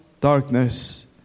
darkness